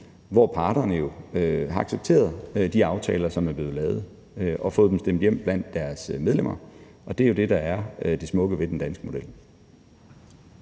hvor parterne har accepteret de aftaler, som er blevet lavet, og fået dem stemt hjem blandt deres medlemmer. Og det er jo det, der er det smukke ved den danske model.